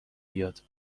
بیاد